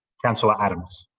councillor adams.